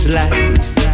life